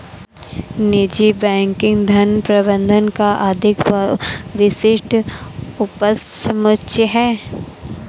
निजी बैंकिंग धन प्रबंधन का अधिक विशिष्ट उपसमुच्चय है